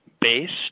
based